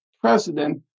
president